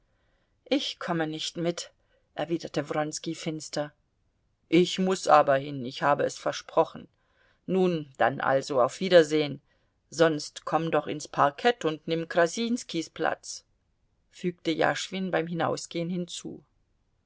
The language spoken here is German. ich komme nicht mit erwiderte wronski finster ich muß aber hin ich habe es versprochen nun dann also auf wiedersehen sonst komm doch ins parkett und nimm krasinskis platz fügte jaschwin beim hinausgehen hinzu